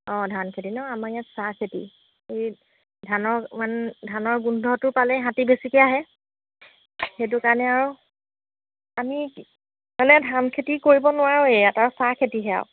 অঁ ধানখেতি ন আমাৰ ইয়াত চাহখেতি এই ধানৰ ইমান ধানৰ গোন্ধটো পালে হাতী বেছিকৈ আহে সেইটো কাৰণে আৰু আমি হ'লে ধানখেতি কৰিব নোৱাৰোৱেই ইয়াত আৰু চাহ খেতিহে আৰু